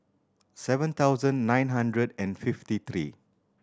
seven thousand nine hundred and fifty three